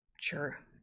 sure